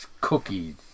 cookies